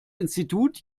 institut